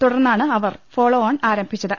തുടർന്നാണ് അവർ ഫോളോഓൺ ആരംഭിച്ചത്